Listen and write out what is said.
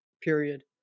period